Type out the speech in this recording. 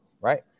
Right